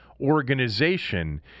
organization